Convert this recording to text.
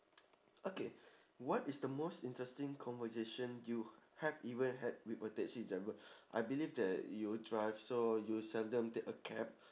okay what is the most interesting conversation you had even had with a taxi driver I believe that you drive so you seldom take a cab